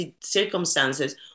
circumstances